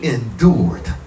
Endured